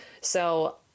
So-